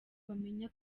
bamenya